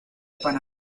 panamá